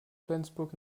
flensburg